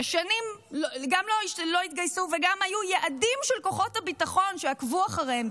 ששנים גם לא התגייסו וגם היו יעדים של כוחות הביטחון שעקבו אחריהם.